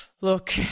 Look